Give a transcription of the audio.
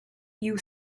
you